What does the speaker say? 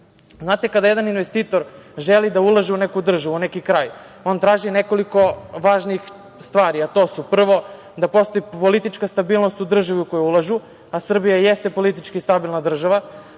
kada jedan investitor želi da ulaže u neku državu, neki kraj, on traži nekoliko važnih stvari, a to su, prvo, da postoji politička stabilnost u državi u koju ulažu, a Srbija jeste politički stabilna država,